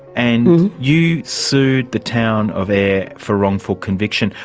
and you sued the town of ayer for wrongful conviction.